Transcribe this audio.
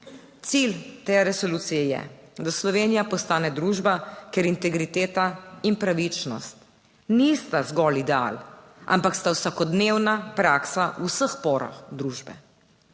Cilj te resolucije je, da Slovenija postane družba, kjer integriteta in pravičnost nista zgolj ideal, ampak sta vsakodnevna praksa v vseh porah družbe.